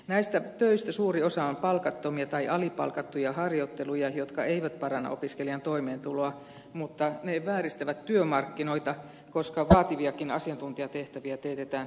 näistä töistä suuri osa on palkattomia tai alipalkattuja harjoitteluja jotka eivät paranna opiskelijan toimeentuloa mutta ne vääristävät työmarkkinoita koska vaativiakin asiantuntijatehtäviä teetetään alipalkatuilla opiskelijoilla